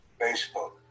Facebook